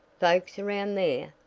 folks around there?